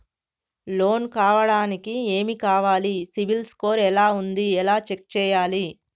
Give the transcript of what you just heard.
Loan కావడానికి ఏమి కావాలి సిబిల్ స్కోర్ ఎలా ఉంది ఎలా చెక్ చేయాలి?